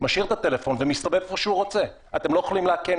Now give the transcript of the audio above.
הוא יכול לטייל